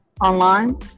online